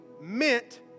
meant